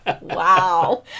Wow